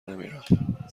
نمیرم